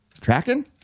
Tracking